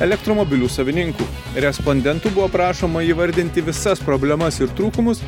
elektromobilių savininkų respondentų buvo prašoma įvardinti visas problemas ir trūkumus